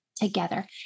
together